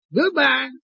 Goodbye